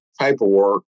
paperwork